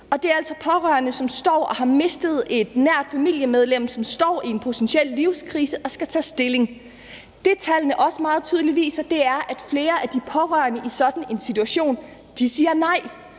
Det er altså pårørende, som står og har mistet et nært familiemedlem, og som står i en potentiel livskrise og skal tage stilling. Det, som tallene også meget tydeligt viser, er, at flere af de pårørende i sådan en situation siger nej.